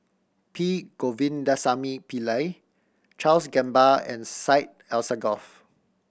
P Govindasamy Pillai Charles Gamba and Syed Alsagoff